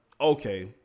okay